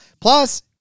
plus